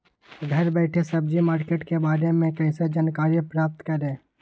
घर बैठे सब्जी मार्केट के बारे में कैसे जानकारी प्राप्त करें?